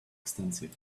extensive